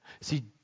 see